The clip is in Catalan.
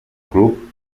club